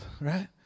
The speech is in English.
right